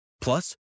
Plus